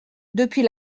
depuis